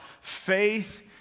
faith